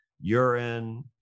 urine